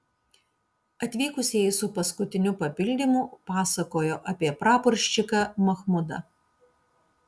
atvykusieji su paskutiniu papildymu pasakojo apie praporščiką machmudą